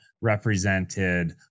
represented